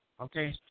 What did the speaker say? Okay